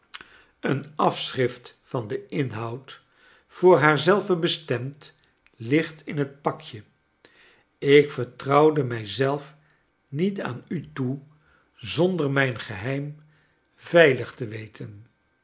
een afschrift van den inhoud voor haar zelve bestemd ligt in het pakje ik vertrouwde mij zelf niet aan u toe zonder mijn geheim veilig te wet